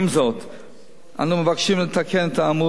אנו מבקשים לתקן את האמור בסעיף 2 להצעת